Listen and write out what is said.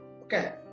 Okay